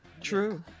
True